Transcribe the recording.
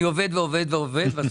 אני עובד ועובד ועובד,